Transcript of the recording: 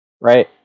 right